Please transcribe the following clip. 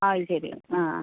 അത് ശരി ആ